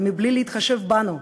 מבלי להתחשב בנו,